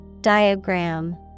Diagram